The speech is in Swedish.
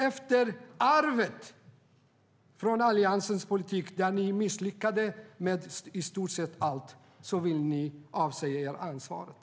Efter arvet från Alliansens politik, när ni misslyckades med i stort sett allt, vill ni avsäga er ansvaret.